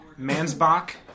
Mansbach